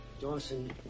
Dawson